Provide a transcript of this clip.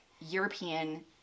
European